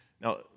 Now